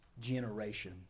generation